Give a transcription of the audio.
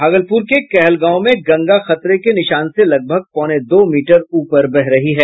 भागलपुर के कहलगांव में गंगा खतरे के निशान से लगभग पौने दो मीटर ऊपर बह रही है